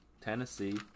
tennessee